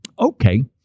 Okay